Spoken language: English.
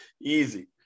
Easy